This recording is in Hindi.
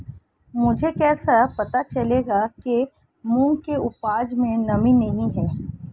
मुझे कैसे पता चलेगा कि मूंग की उपज में नमी नहीं है?